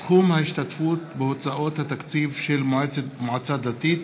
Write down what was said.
(סכום ההשתתפות בהוצאות התקציב של מועצה דתית),